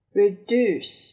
reduce